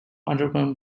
underground